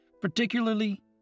particularly